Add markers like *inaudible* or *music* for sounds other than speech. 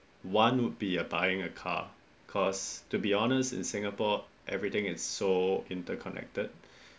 one would be uh buying a car cause to be honest in singapore everything is so interconnected *breath*